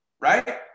right